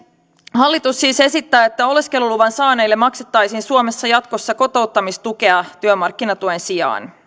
hallitus siis esittää että oleskeluluvan saaneille maksettaisiin suomessa jatkossa kotouttamistukea työmarkkinatuen sijaan